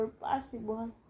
possible